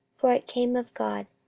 for it came of god,